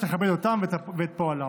שתכבד אותם ואת פועלם.